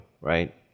right